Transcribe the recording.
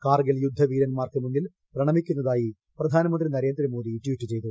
കാർഗിൽ യുദ്ധ വീരൻമാർക്ക് മുമ്പിൽ പ്രണമിക്കുന്നതായി പ്രധാനമന്ത്രി നരേന്ദ്രമോദി ട്വീറ്റ് ചെയ്തു